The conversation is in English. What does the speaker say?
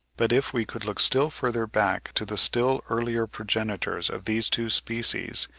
but if we could look still further back to the still earlier progenitors of these two species,